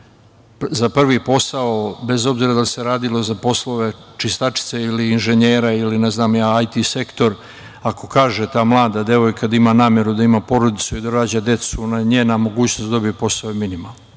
za prvi posao bez obzira da li se radi za poslove čistačice ili inženjera ili IT sektor, ako kaže ta mlada devojka da ima nameru da ima porodicu i da rađa decu, onda je njena mogućnost da dobije posao je minimalna.